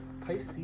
Pisces